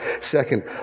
second